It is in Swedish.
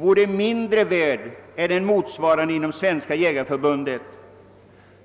vore mindre värd än en motsvarande inom Svenska jägareförbundet.